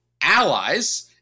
allies